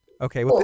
Okay